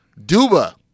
Duba